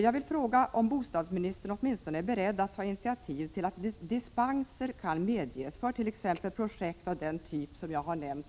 Jag vill fråga om bostadsministern åtminstone är beredd att ta initiativ till att dispenser kan medges fört.ex. projekt vid Arlanda av den typ som jag har nämnt.